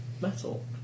Metal